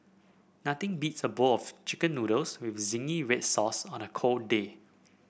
nothing beats a bowl of chicken noodles with zingy red sauce on a cold day